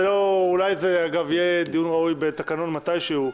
אולי זה יהיה דיון ראוי בתקנון מתישהו.